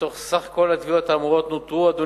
מתוך כלל התביעות האמורות נותרו בטיפול,